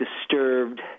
disturbed